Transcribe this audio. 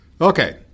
Okay